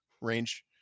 range